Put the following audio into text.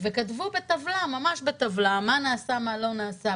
וכתבו בטבלה ממש בטבלה, מה נעשה, מה לא נעשה.